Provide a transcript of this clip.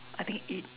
I think eat